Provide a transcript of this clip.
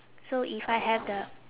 so if I have the